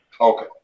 Okay